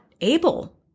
able